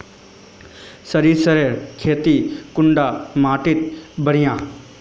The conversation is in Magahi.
सरीसर केते कुंडा माटी बढ़िया?